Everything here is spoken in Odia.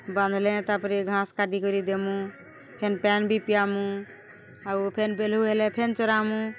ବାନ୍ଧିଲେ ତାପରେ ଘାସ କାଟି କରି ଦେମୁ ଫେନ୍ ପାଏନ୍ ବି ପିଆମୁ ଆଉ ଫେନ୍ ବେଲୁ ହେଲେ ଫେନ୍ ଚରାମୁ